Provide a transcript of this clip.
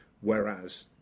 Whereas